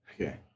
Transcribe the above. Okay